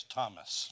Thomas